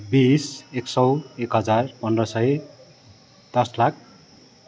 बिस एक सौ एक हजार पन्ध्र सय दस लाख